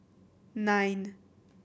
nine